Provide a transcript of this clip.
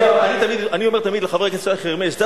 אני אומר תמיד לחבר הכנסת שי חרמש: זו